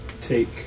take